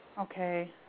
Okay